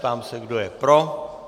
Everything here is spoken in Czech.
Ptám se, kdo je pro.